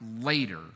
later